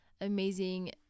amazing